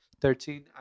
Thirteen